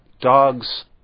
dogs